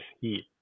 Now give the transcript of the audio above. heat